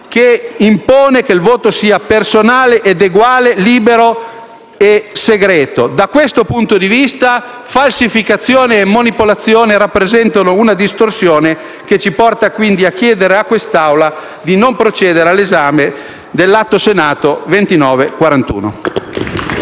del quale «il voto è personale ed eguale, libero e segreto». Da questo punto di vista, falsificazione e manipolazione rappresentano una distorsione che ci porta a chiedere all'Assemblea di non procedere all'esame dell'atto Senato n. 2941.